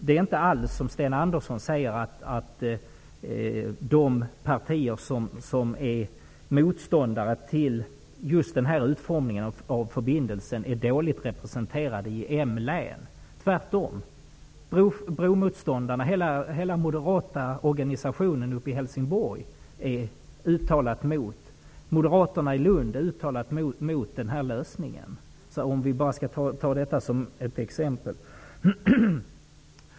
Det är inte alls som Sten Andersson säger att de partier som är motståndare till just den här utformningen av förbindelsen är dåligt representerade i M-län -- tvärtom. Hela den moderata organisationen i Helsingborg är motståndare. Moderaterna i Lund är uttalat emot denna lösning. Detta var några exempel.